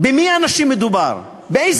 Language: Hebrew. באיזה אנשים מדובר?